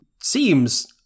seems